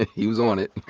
ah he was on it.